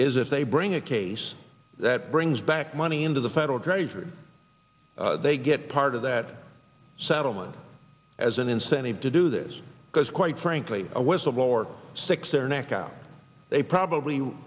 is if they bring a case that brings back money into the federal treasury they get part of that settlement as an incentive to do this because quite frankly a whistleblower six their neck out they probably